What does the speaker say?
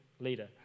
leader